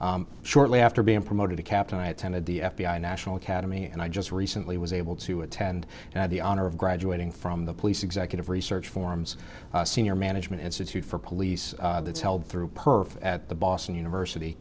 now shortly after being promoted to captain i attended the f b i national academy and i just recently was able to attend and have the honor of graduating from the police executive research forum senior management institute for police that's held through perf at the boston university